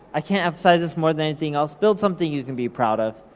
i can't emphasize this more than anything else, build something you can be proud of.